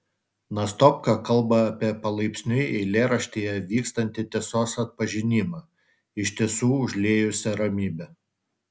nastopka kalba apie palaipsniui eilėraštyje vykstantį tiesos atpažinimą iš tiesų užliejusią ramybę